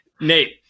Nate